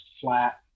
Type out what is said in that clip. flat –